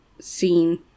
scene